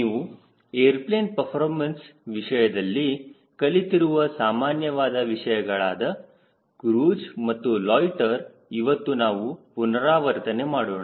ನೀವು airplane performance ವಿಷಯದಲ್ಲಿ ಕಲಿತಿರುವ ಸಾಮಾನ್ಯವಾದ ವಿಷಯಗಳಾದ ಕ್ರೂಜ್ ಮತ್ತು ಲೊಯ್ಟ್ಟೆರ್ ಇವತ್ತು ನಾವು ಪುನರಾವರ್ತನೆ ಮಾಡೋಣ